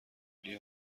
قبلی